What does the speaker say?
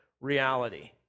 reality